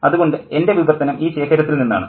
അതുകൊണ്ട് എൻ്റെ വിവർത്തനം ഈ ശേഖരത്തിൽ നിന്നാണ്